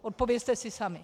Odpovězte si sami.